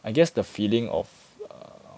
I guess the feeling of err